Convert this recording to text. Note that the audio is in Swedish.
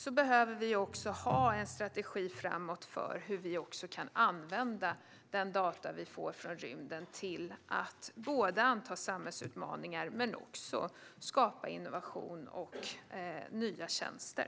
Vi behöver vid sidan av detta ha en strategi framåt för hur vi kan använda de data vi får från rymden till att både anta samhällsutmaningar och också skapa innovation och nya tjänster.